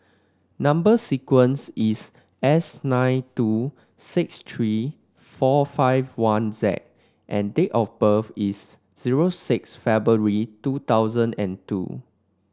number sequence is S nine two six three four five one Z and date of birth is zero six February two thousand and two